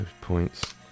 points